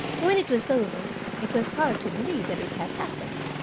when it was over, it was hard to believe that it had happened.